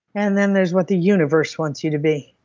and then there's what the universe wants you to be.